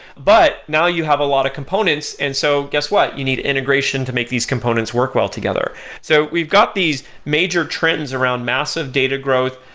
but now you have a lot of components, and so guess what? you need integration to make these components work well together so we've got these major trends around massive data growth,